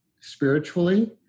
spiritually